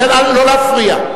לכן לא להפריע.